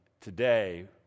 today